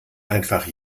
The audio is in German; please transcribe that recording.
einfach